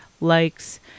likes